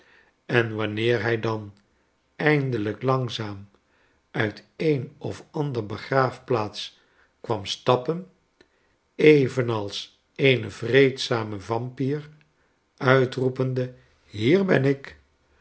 en wanneer hij dan eindelijk langzaam uit een of andere begraafplaats kwam stappen evenals eene vreedzame vampyr uitroepende hier ben ik